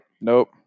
Nope